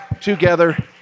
together